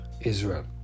Israel